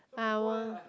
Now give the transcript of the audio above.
I want